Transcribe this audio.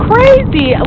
Crazy